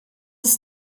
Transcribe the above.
ist